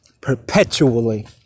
perpetually